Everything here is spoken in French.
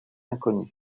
inconnues